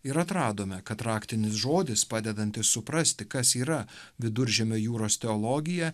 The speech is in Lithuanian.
ir atradome kad raktinis žodis padedantis suprasti kas yra viduržemio jūros teologija